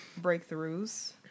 breakthroughs